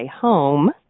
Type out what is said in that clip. home